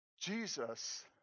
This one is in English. jesus